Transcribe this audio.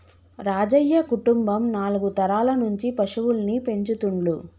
రాజయ్య కుటుంబం నాలుగు తరాల నుంచి పశువుల్ని పెంచుతుండ్లు